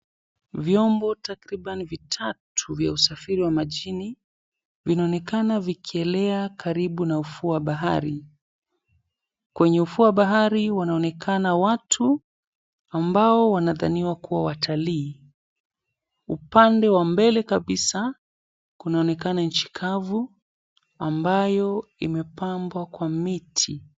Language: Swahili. Viombo takriban vitatu vya usafiri wa majini vinaonekana vikielea karibu na ufuo wa bahari. Kwenye ufuo wa bahari, wanaonekana watu ambao wanadhaniwa kuwa watalii. Upande wa mbele kabisa, kunaonekana nchi kavu ambayo imepambwa kwa miti.